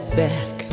back